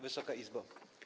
Wysoka Izbo!